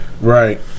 Right